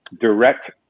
direct